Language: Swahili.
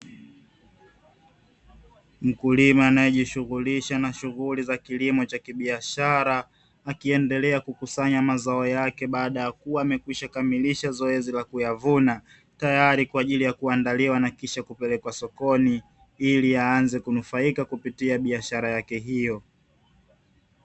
Mkulima anayejishughulisha na shughuli za kilimo cha kibiashara akiendelea kukusanya mazao yake baada ya kuwa amekwisha kamilisha zoezi la kuyavuna, tayari kwa ajili ya kuandaliwa na kisha kupelekwa sokoni, ili aanze kunufaika kupitia biashara yake hiyo.